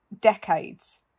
decades